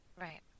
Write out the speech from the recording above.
Right